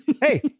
hey